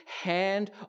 hand